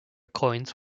coins